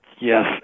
Yes